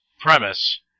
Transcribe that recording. premise